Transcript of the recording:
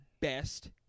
best